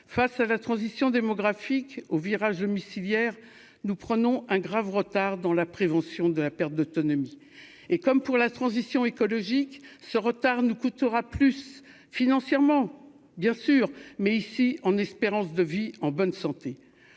face à la transition démographique au virage, hier, nous prenons un grave retard dans la prévention de la perte d'autonomie, et comme pour la transition écologique ce retard nous coûtera plus financièrement bien sûr, mais ici en espérance de vie en bonne santé,